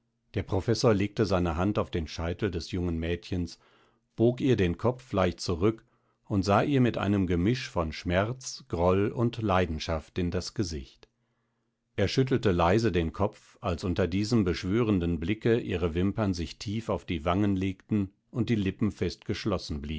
der professor legte seine hand auf den scheitel des jungen mädchens bog ihren kopf leicht zurück und sah ihr mit einem gemisch von schmerz groll und leidenschaft in das gesicht er schüttelte leise den kopf als unter diesem beschwörenden blicke ihre wimpern sich tief auf die wangen legten und die lippen